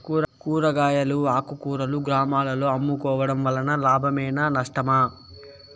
కూరగాయలు ఆకుకూరలు గ్రామాలలో అమ్ముకోవడం వలన లాభమేనా నష్టమా?